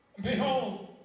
Behold